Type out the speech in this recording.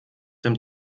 dem